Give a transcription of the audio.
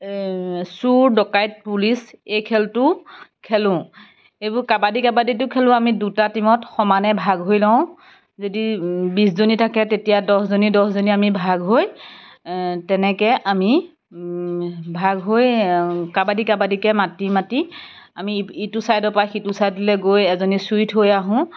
চুৰ ডকাইত পুলিচ এই খেলটো খেলোঁ এইবোৰ কাবাডি কাবাডিটো খেলোঁ আমি দুটা টীমত সমানে ভাগ হৈ লওঁ যদি বিছজনী থাকে তেতিয়া দহজনী দহজনী আমি ভাগ হৈ তেনেকৈ আমি ভাগ হৈ কাবাডি কাবাডিকৈ মাতি মাতি আমি ইটো ছাইডৰ পৰা সিটো ছাইডলৈ গৈ এজনী চুই থৈ আহোঁ